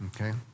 okay